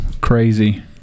crazy